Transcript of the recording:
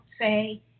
say